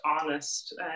honest